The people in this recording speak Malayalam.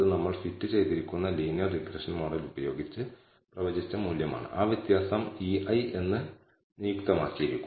വളരെ ലളിതമാണ് ലീനിയർ മോഡൽ ഉപയോഗിച്ചാണ് ŷi കണക്കാക്കിയത്